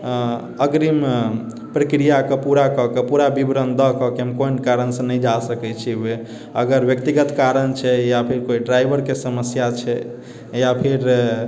अऽ अग्रिम प्रक्रियाके पूराकऽ कऽ पूरा विवरण दअ कऽ कि हम कोन कारणसँ नहि जा सकै छियै अगर व्यक्तिगत कारण छै या फेर कोइ ड्राइवरके समस्या छै या फिर